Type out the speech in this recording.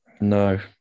No